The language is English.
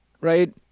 right